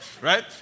right